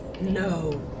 No